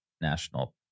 national